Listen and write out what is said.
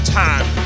time